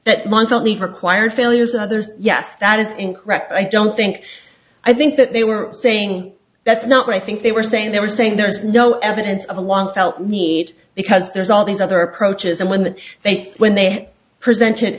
that month only for choir failures and others yes that is incorrect i don't think i think that they were saying that's not what i think they were saying they were saying there's no evidence of a long felt need because there's all these other approaches and when they when they presented